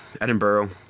Edinburgh